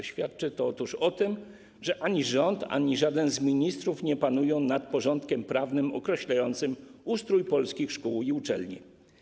Otóż świadczy o tym, że ani rząd, ani żaden z ministrów nie panuje nad porządkiem prawnym określającym ustrój polskich szkół i uczelni.